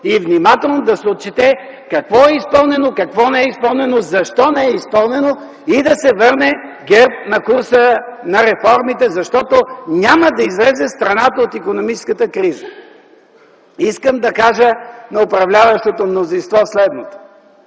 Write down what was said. и внимателно да се отчете какво е изпълнено, какво не е изпълнено, защо не е изпълнено и да се върне ГЕРБ на курса на реформите, защото няма да излезе страната от икономическата криза. Искам да кажа на управляващото мнозинство следващото